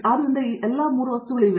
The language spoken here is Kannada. ಆದ್ದರಿಂದ ಈ ಎಲ್ಲಾ 3 ವಸ್ತುಗಳು ಇವೆ